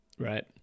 Right